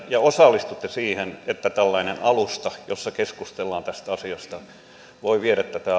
ja osallistuu siihen että tällainen alusta jossa keskustellaan tästä asiasta voi viedä tätä